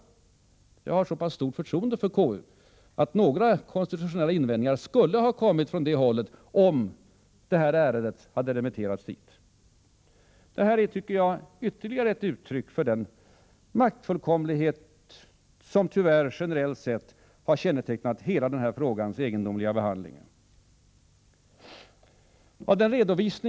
Jag har nämligen så pass stort förtroende för konstitutionsutskottet att jag anser att det skulle ha kommit konstitutionella invändningar från det hållet om ärendet hade remitterats dit. Detta tycker jag är ytterligare ett uttryck för den maktfullkomlighet som tyvärr generellt sett har kännetecknat hela den egendomliga behandlingen av den här frågan.